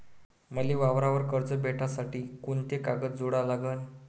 मले वावरावर कर्ज भेटासाठी कोंते कागद जोडा लागन?